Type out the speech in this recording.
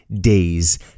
days